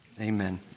Amen